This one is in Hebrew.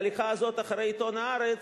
ההליכה הזאת אחרי עיתון "הארץ".